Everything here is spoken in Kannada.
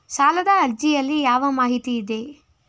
ಸಾಲದ ಅರ್ಜಿಯಲ್ಲಿ ಯಾವ ಮಾಹಿತಿ ಇದೆ?